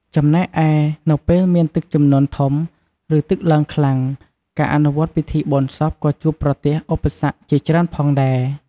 ចំណែកឯ នៅពេលមានទឹកជំនន់ធំ ឬទឹកឡើងខ្លាំង ការអនុវត្តពិធីបុណ្យសពក៏ជួបប្រទះឧបសគ្គជាច្រើនផងដែរ។